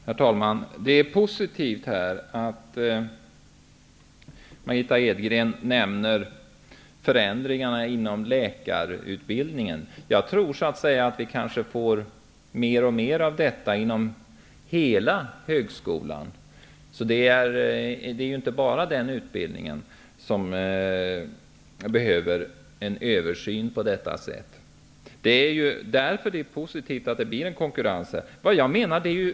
Herr talman! Det är positivt att Margitta Edgren nämner förändringarna inom läkarutbildningen. Jag tror att vi får mer och mer av detta inom hela högskolan. Det är alltså inte bara den utbildningen som behöver ses över. Därför är det positivt att det blir en konkurrens.